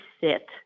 sit